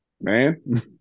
Man